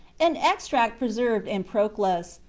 an extract preserved in proclus,